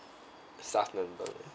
staff member